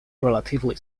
relatively